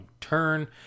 turn